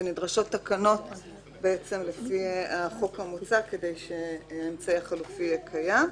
ונדרשות תקנות לפי החוק המוצע כדי שהאמצעי החלופי יהיה קיים.